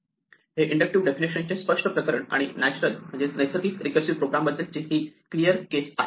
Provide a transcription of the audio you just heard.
हे inductive definition चे स्पष्ट प्रकरण आणि नॅचरल रीकर्सिव प्रोग्रॅम बद्दलची ही क्लियर केस आहे